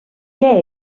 què